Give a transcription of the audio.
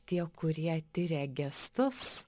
tie kurie tiria gestus